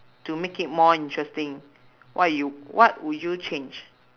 to make it more interesting what you what would you change